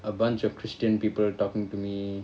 a bunch of christian people talking to me